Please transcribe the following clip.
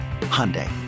Hyundai